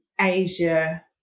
Asia